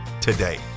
today